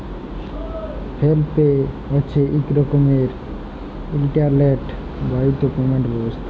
ফোল pay হছে ইক রকমের ইলটারলেট বাহিত পেমেলট ব্যবস্থা